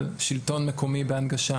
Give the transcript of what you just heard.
אנחנו מדברים על שלטון מקומי בהנגשה,